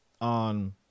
on